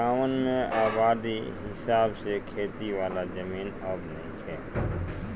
गांवन में आबादी के हिसाब से खेती वाला जमीन अब नइखे